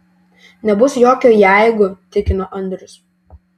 nebus jokio jeigu tikino andrius